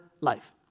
life